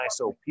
ISO